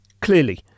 Clearly